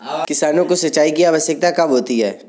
किसानों को सिंचाई की आवश्यकता कब होती है?